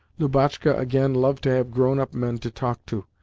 lubotshka, again, loved to have grown-up men to talk to,